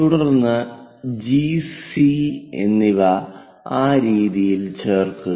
തുടർന്ന് G C G C എന്നിവ ആ രീതിയിൽ ചേർക്കുക